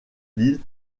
lille